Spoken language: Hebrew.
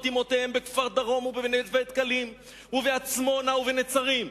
אמהותיהם בכפר-דרום ובנווה-דקלים ובעצמונה ונצרים,